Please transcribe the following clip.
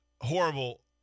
Horrible